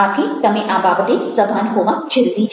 આથી તમે આ બાબતે સભાન હોવા જરૂરી છે